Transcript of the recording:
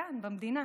כאן, במדינה.